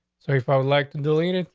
so if i would like to delete it,